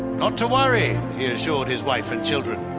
not to worry, he assured his wife and children,